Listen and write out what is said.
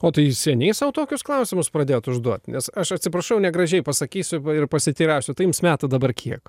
o tai seniai sau tokius klausimus pradėjot užduot nes aš atsiprašau negražiai pasakysiu ir pasiteirausiu tai jums metų dabar kiek